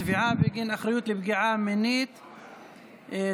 תביעה בגין אחריות לפגיעה מינית בקטין),